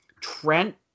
Trent